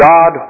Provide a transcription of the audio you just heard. God